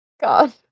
God